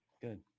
Good